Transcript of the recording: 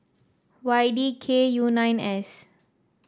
Y D K U nine S